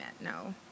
no